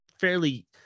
fairly